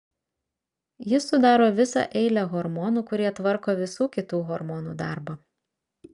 jis sudaro visą eilę hormonų kurie tvarko visų kitų hormonų darbą